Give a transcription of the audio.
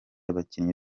abakinnyi